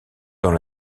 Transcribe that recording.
dans